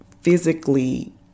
physically